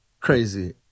crazy